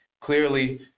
Clearly